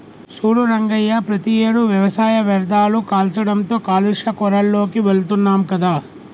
సూడు రంగయ్య ప్రతియేడు వ్యవసాయ వ్యర్ధాలు కాల్చడంతో కాలుష్య కోరాల్లోకి వెళుతున్నాం కదా